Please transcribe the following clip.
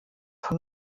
von